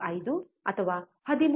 5 ಅಥವಾ 13